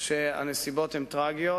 שהנסיבות הן טרגיות.